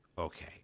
okay